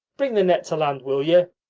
bring the net to land, will you!